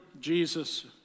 Jesus